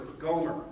Gomer